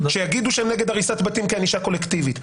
שיגידו שהם נגד הריסת בתים כענישה קולקטיבית,